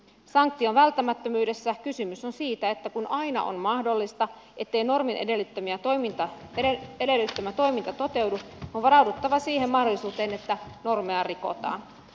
sanktion välttämättömyydessä kysymys on siitä että kun aina on mahdollista ettei normin edellyttämä toiminta toteudu on varauduttava siihen mahdollisuuteen että normeja rikotaan